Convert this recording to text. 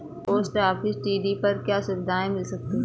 Post office TD पर क्या सुविधाएँ मिल सकती है?